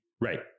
Right